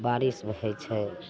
बारिश होइ छै